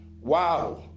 Wow